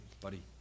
buddy